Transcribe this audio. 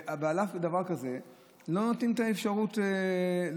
ועל אף דבר כזה לא נותנים את האפשרות להתבטא.